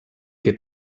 che